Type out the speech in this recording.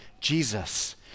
Jesus